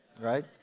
right